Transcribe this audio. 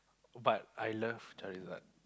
but I love Charizard